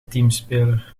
teamspeler